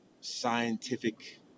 scientific